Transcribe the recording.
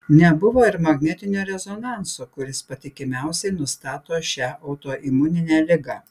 nebuvo ir magnetinio rezonanso kuris patikimiausiai nustato šią autoimuninę ligą